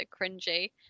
cringy